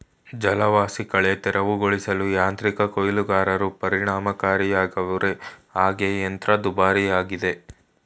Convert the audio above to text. ಜಲವಾಸಿಕಳೆ ತೆರವುಗೊಳಿಸಲು ಯಾಂತ್ರಿಕ ಕೊಯ್ಲುಗಾರರು ಪರಿಣಾಮಕಾರಿಯಾಗವೆ ಹಾಗೆ ಯಂತ್ರ ದುಬಾರಿಯಾಗಯ್ತೆ